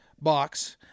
box